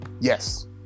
yes